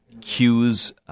cues